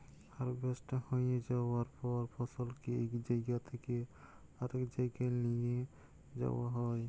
harvest হঁয়ে যাউয়ার পর ফসলকে ইক জাইগা থ্যাইকে আরেক জাইগায় লিঁয়ে যাউয়া হ্যয়